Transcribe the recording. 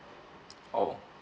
oh